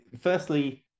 Firstly